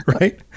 right